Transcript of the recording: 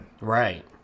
Right